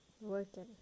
working